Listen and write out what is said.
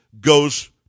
goes